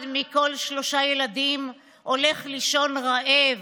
אחד מכל שלושה ילדים הולך לישון רעב,